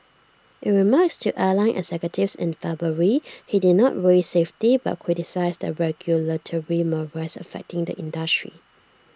in remarks to airline executives in February he did not raise safety but criticised the regulatory morass affecting the industry